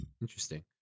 interesting